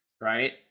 right